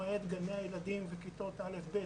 למעט גני הילדים וכיתות א'-ב',